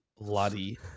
bloody